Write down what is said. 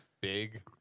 big